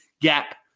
Gap